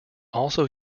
also